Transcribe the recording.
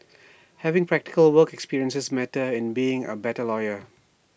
having practical work experience matters in being A better lawyer